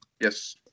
Yes